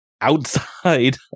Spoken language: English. outside